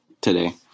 today